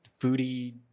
foodie